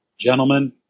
Gentlemen